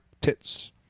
tits